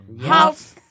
House